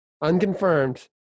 Unconfirmed